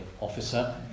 officer